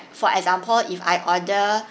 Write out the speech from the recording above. for example if I order